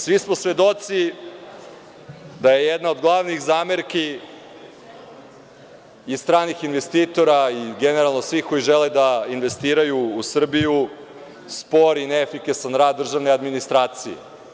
Svi smo svedoci da je jedna od glavnih zamerki i stranih investitora i generalno svih koji žele da investiraju u Srbiju spor i neefikasan rad državne administracije.